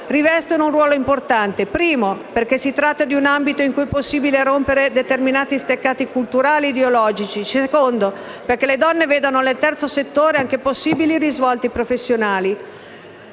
rivestono un ruolo importante, anzitutto perché si tratta di un ambito in cui è possibile rompere determinati steccati culturali e ideologici, e poi perché le donne vedono nel terzo settore anche possibili risvolti professionali.